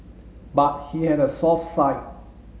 but he had a soft side